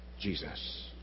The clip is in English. Jesus